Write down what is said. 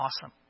awesome